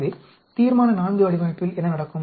எனவே தீர்மான IV வடிவமைப்பில் என்ன நடக்கும்